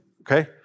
Okay